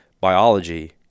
biology